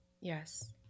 Yes